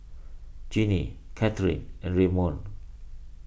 Jeanie Catherine and Redmond